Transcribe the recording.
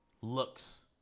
looks